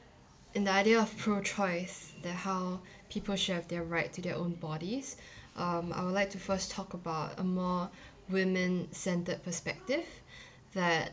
and the idea of pro choice that how people should have their right to their own bodies um I would like to first talk about a more women centred perspective that